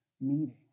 meeting